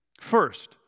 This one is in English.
First